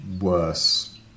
worse